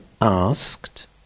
asked